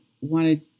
wanted